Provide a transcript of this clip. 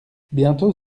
bientôt